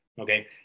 Okay